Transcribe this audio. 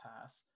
pass